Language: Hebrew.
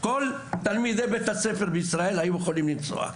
כל תלמידי בית הספר בישראל היו יכולים לנסוע.